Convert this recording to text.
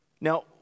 Now